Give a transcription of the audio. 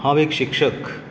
हांव एक शिक्षक